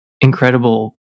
incredible